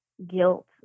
guilt